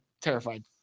terrified